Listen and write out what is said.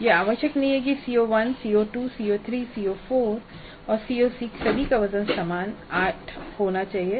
यह आवश्यक नहीं है कि CO1 CO2 CO3 CO4 और CO6 सभी का वजन समान 8 होना चाहिए